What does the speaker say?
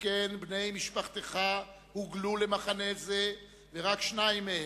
שכן בני משפחתך הוגלו למחנה זה, ורק שניים מהם,